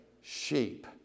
sheep